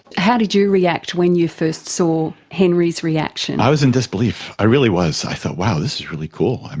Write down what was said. how did you react when you first saw henry's reaction? i was in disbelief, i really was. i thought, wow, this is really cool.